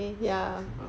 sebab